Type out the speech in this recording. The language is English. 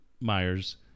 Myers